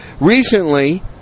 recently